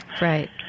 Right